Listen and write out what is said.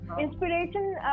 inspiration